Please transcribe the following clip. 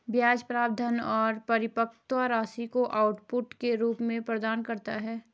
ब्याज प्राप्त धन और परिपक्वता राशि को आउटपुट के रूप में प्रदान करता है